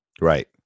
Right